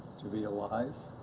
to be alive,